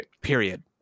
Period